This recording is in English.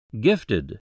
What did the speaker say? Gifted